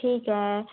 ठीक आहे